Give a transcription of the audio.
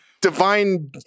divine